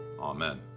Amen